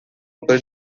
obra